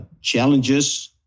challenges